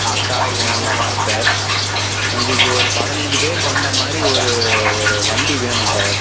தாத்தா இவங்க எல்லாம் வரோம் சார் இதுக்கு ஒரு பதினஞ்சு பேர் கொண்ட மாதிரி ஒரு ஒரு வண்டி வேணும் சார்